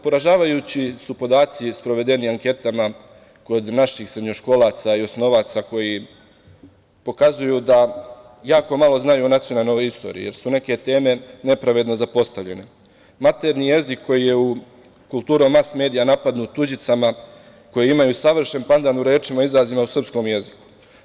Poražavajući su podaci sprovedeni anketama kod naših srednjoškolaca i osnovaca koji pokazuju da jako malo znaju o nacionalnoj istoriji, jer su neke teme nepravedno zapostavljene, maternji jezik koji je u kulturom mas-medija napadnut tuđicama koje imaju savršen pandan u rečima i izrazima u srpskom jeziku.